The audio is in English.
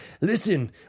listen